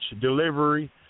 delivery